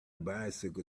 bicycle